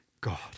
God